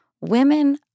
women